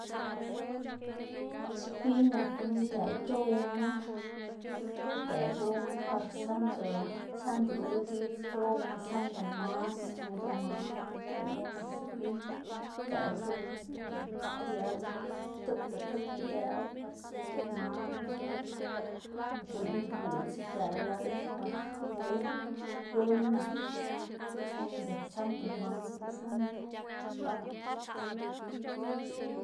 sepiy nak guꞌn idëꞌ c̲h̲owma, idëꞌ c̲h̲owma par sënda sënda gilgits c̲h̲owma sënda manu, tsuda manu lox gunu nak sepiy, idëꞌ c̲h̲owma kon diario, tipta tipta idëꞌwu par tsuda manu tsuda, guꞌn nguꞌdz idëꞌ layma par wen wen nak, sënda sënda manc̲h̲o sënda, batda.